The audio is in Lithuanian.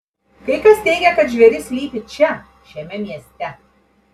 kai kas teigia kad žvėris slypi čia šiame mieste